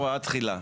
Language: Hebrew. הוראת תחילה.